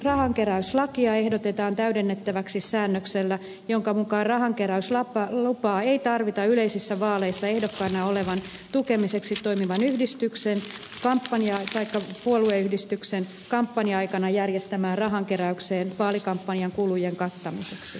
rahankeräyslakia ehdotetaan täydennettäväksi säännöksellä jonka mukaan rahankeräyslupaa ei tarvita yleisissä vaaleissa ehdokkaana olevan tukemiseksi toimivan yhdistyksen taikka puolueyhdistyksen kampanja aikana järjestämään rahankeräykseen vaalikampanjan kulujen kattamiseksi